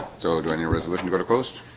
so join your resolution to go to coast